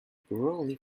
brolly